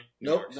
Nope